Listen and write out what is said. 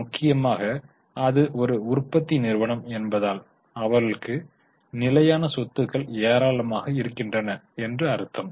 முக்கியமாக அது ஒரு உற்பத்தி நிறுவனம் என்பதால் அவர்களுக்கு நிலையான சொத்துக்கள் ஏராளமாக இருக்கின்றன என்று அர்த்தம்